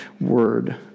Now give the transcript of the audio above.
word